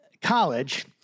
college